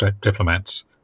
diplomats